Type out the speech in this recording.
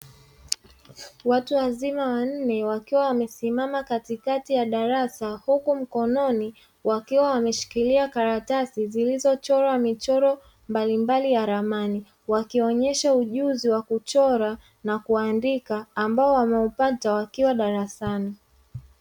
Watu wazima wanne wakiwa wamesimama katikati ya darasa huku mkononi wakiwa wameshilia karatasi zilizochorwa michoro mbalimbali ya ramani, wakionyesha ujuzi wa kuchora na kuandika ambao wameupata wakiwa darasani.